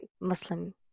Muslim